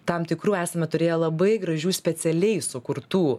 tam tikrų esame turėję labai gražių specialiai sukurtų